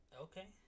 Okay